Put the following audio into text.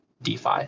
DeFi